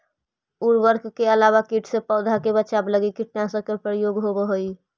उर्वरक के अलावा कीट से पौधा के बचाव लगी कीटनाशक के प्रयोग होवऽ हई